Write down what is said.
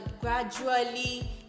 gradually